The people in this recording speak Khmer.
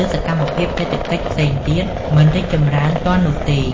ឬសកម្មភាពសេដ្ឋកិច្ចផ្សេងទៀតមិនរីកចម្រើនទាន់នោះទេ។